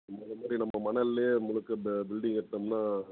முன்னாடி மாதிரி நம்ம மணல்லே முழுக்க இந்த பில்டிங் கட்டினோமுன்னா